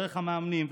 דרך המאמנים,